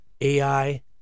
AI